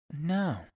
No